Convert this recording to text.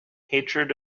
hatred